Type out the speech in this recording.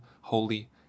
holy